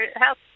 help